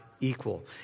equal